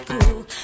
cool